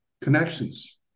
Connections